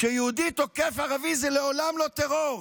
כשיהודי תוקף ערבי, זה לעולם לא טרור,